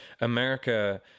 america